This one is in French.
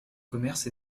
commerce